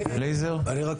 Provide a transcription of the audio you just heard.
לייזר, בבקשה.